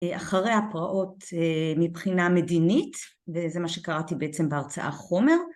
אחרי הפרעות מבחינה מדינית וזה מה שקראתי בעצם בהרצאה חומר